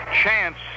chance